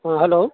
ہاں ہلو